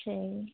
সেই